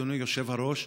אדוני היושב-ראש,